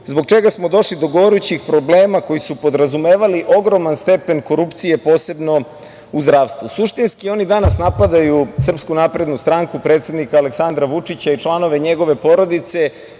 zbog čega smo došli do gorućih problema koji su podrazumevali ogroman stepen korupcije, posebno u zdravstvu. Suštinski, oni danas napadaju SNS, predsednika Aleksandra Vučića i članove njegove porodice,